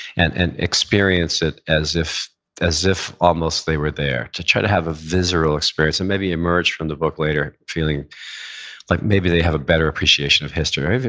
and and experience it as if as if almost they were there. to try to have a visceral experience and maybe emerge from the book later feeling like maybe they have a better appreciation of history,